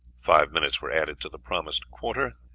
five minutes were added to the promised quarter,